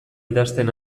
idazten